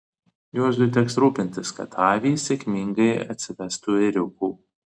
juozui teks rūpintis kad avys sėkmingai atsivestų ėriukų